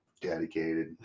Dedicated